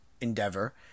endeavor